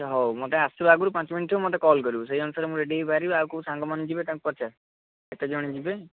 ହଉ ମୋତେ ଆସିବା ଆଗରୁ ପାଞ୍ଚ ମିନିଟ୍ ଥିବ ମୋତେ କଲ୍ କରିବୁ ସେଇ ଅନୁସାରେ ମୁଁ ରେଡ଼ି ହେଇକି ବାହାରିବି ଆଉ କେଉଁ ସାଙ୍ଗମାନେ ଯିବେ ତାଙ୍କୁ ପଚାର କେତେ ଜଣ ଯିବେ